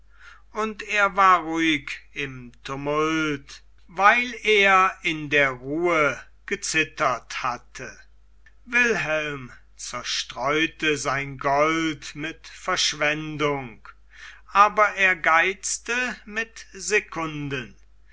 und er war ruhig im tumult weil er in der ruhe gezittert hatte wilhelm zerstreute sein gold mit verschwendung aber er geizte mit sekunden